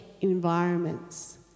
environments